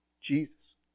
Jesus